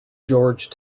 george